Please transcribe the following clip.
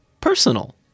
personal